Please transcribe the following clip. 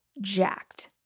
jacked